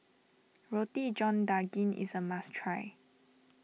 Roti John Daging is a must try